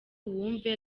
wumve